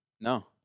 No